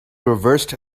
reversed